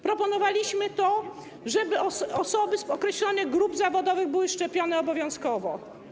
Proponowaliśmy to, żeby osoby z określonych grup zawodowych były szczepione obowiązkowo.